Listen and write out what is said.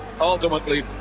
ultimately